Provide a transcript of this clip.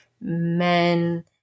men